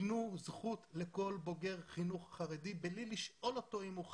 תנו זכות לכל בוגר חינוך חרדי בלי לשאול אותו אם הוא חרדי,